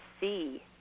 see